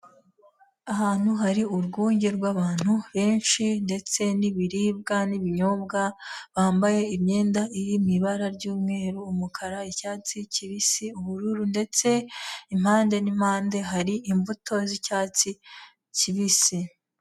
Ahantu hari urwunge rw'abantu benshi ndetse n'ibiribwa n'ibinyobwa, bambaye imyenda iri mu ibara ry'umweru, umukara, icyatsi kibisi, ubururu ndetse impande n'impande hari imbuto z'icyatsi kibisi.